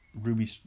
Ruby